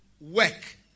work